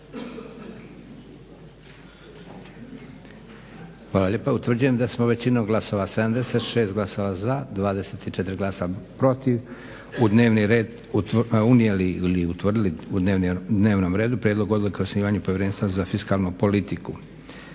Hvala lijepa. Utvrđujem da smo većinom glasova, 76 glasova za, 24 glasa protiv u dnevni red unijeli ili utvrdili u dnevnom redu Prijedlog odluke o osnivanju Povjerenstva za fiskalnu politiku.